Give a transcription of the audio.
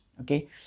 okay